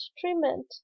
treatment